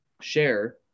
share